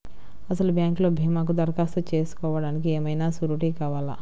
అసలు బ్యాంక్లో భీమాకు దరఖాస్తు చేసుకోవడానికి ఏమయినా సూరీటీ కావాలా?